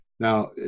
Now